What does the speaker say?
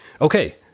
Okay